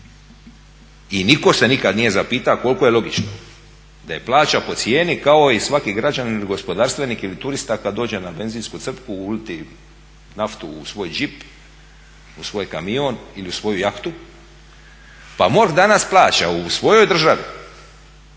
i nitko se nikada nije zapitao koliko je logično da je plaća po cijeni kao i svaki građanin ili gospodarstvenik ili turista kada dođe na benzinsku crpku uliti naftu u svoj džip, u svoj kamion ili u svoju jahtu. Pa MORH danas plaća u svojoj državi,